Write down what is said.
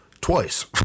Twice